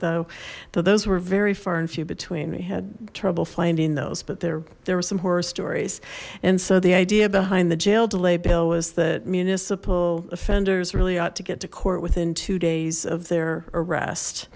though those were very far and few between we had trouble finding those but there there were some horror stories and so the idea behind the jail delay bill was that municipal offenders really ought to get to court within two days of their arrest